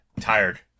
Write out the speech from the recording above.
Tired